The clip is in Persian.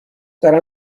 دارم